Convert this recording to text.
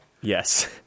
Yes